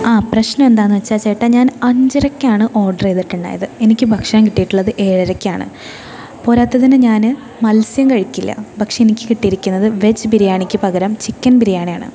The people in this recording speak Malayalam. ആ പ്രശ്നം എന്താണെന്ന് വെച്ചാൽ ചേട്ടാ ഞാൻ അഞ്ചരക്കാണ് ഓർഡർ ചെയ്തിട്ടുണ്ടായത് എനിക്ക് ഭക്ഷണം കിട്ടിയിട്ടുള്ളത് ഏഴരയ്ക്കാണ് പോരാത്തതിന് ഞാൻ മത്സ്യം കഴിക്കില്ല പക്ഷെ എനിക്ക് കിട്ടിയിരിക്കുന്നത് വെജ് ബിരിയാണിക്ക് പകരം ചിക്കൻ ബിരിയാണിയാണ്